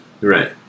right